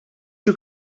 you